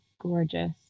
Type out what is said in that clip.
gorgeous